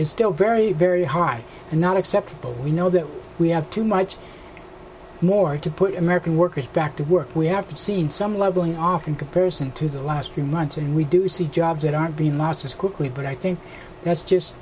is still very very high and not acceptable we know that we have too much more to put american workers back to work we have seen some leveling off in comparison to the last few months and we do see jobs that aren't been lost as quickly but i think that's just